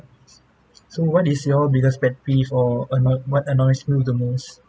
so what is your biggest pet peeve or annoyed what annoys you the most